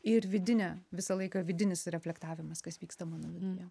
ir vidinė visą laiką vidinis reflektavimas kas vyksta manyje